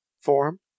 form